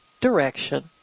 direction